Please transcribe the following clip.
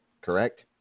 correct